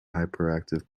hyperactive